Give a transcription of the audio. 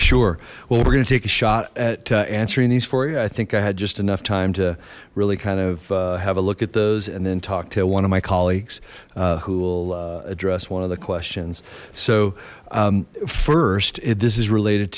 sure well we're gonna take a shot at answering these for you i think i had just enough time to really kind of have a look at those and then talk to one of my colleagues who will address one of the questions so first if this is related